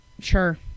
Sure